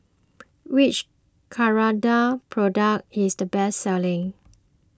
which Ceradan product is the best selling